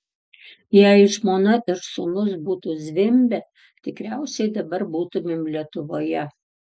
jei žmona ir sūnus būtų zvimbę tikriausiai dabar būtumėm lietuvoje